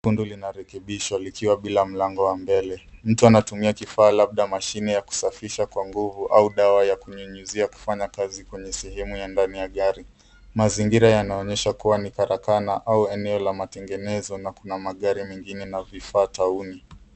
Tundu linarekebishwa likiwa bila mlango wa mbele. Mtu anatumia kifaa, labda mashine ya kusafisha kwa nguvu au dawa ya kunyunyizia kufanya kazi, kwenye sehemu ya ndani ya gari. Mazingira yanaonesha kuwa ni karakana au eneo la matengenezo na kuna magari mengine na vifaa tauni.